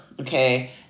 okay